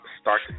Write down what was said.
start